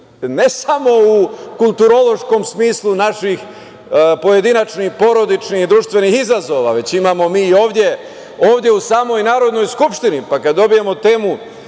ne samo u kulturološkom smislu naših pojedinačnih, porodičnih i društvenih izazova, već imamo mi i ovde u samoj Narodnoj skupštini, pa kad dobijemo temu